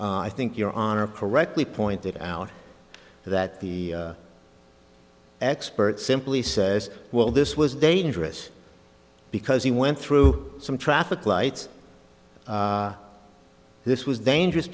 d i think your honor correctly pointed out that the expert simply says well this was dangerous because he went through some traffic lights this was dangerous